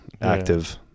active